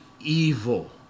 evil